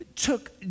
took